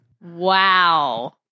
Wow